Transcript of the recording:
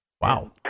Wow